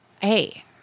Hey